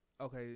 okay